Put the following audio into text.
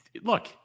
look